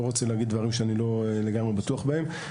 רוצה לומר דברים שאני לא בטוח בהם לחלוטין,